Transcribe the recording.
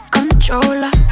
Controller